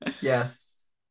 yes